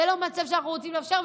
זה לא מצב שאנחנו רוצים לאפשר,